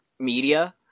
media